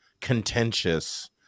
contentious